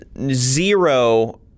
zero